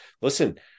listen